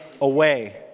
away